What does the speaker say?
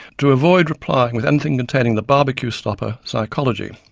to avoid replying with anything containing the bbq stopper psychology.